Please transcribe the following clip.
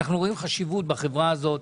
חשיבות בחברה הזאת,